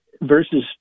Versus